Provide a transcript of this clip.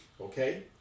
okay